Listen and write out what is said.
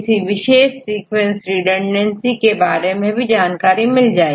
किसी विशेष sequence redundancy के बारे में भी जानकारी मिल जाएगी